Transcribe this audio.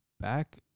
back